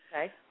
Okay